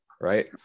right